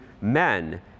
men